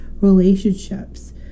relationships